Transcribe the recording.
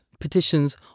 petitions